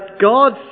God